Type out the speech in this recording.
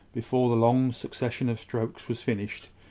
before the long succession of strokes was finished,